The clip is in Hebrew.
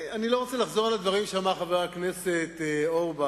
אני לא רוצה לחזור על הדברים שאמר חבר הכנסת אורבך,